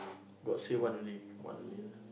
god say one only one only lah